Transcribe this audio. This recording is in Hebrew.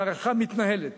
המערכה מתנהלת,